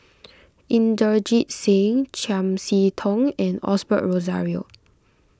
Inderjit Singh Chiam See Tong and Osbert Rozario